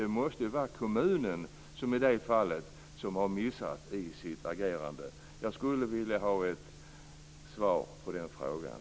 Det måste då vara kommunen som har gjort en miss i sitt agerande. Jag skulle vilja få ett svar på den frågan.